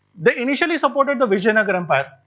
they initially supported the vijayanagara but